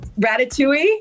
Ratatouille